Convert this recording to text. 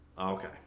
Okay